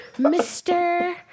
Mr